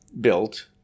built